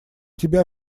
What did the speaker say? тебя